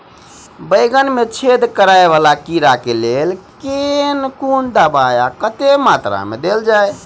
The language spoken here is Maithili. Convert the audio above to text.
बैंगन मे छेद कराए वला कीड़ा केँ लेल केँ कुन दवाई आ कतेक मात्रा मे देल जाए?